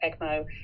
ECMO